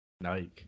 Nike